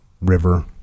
River